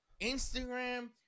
Instagram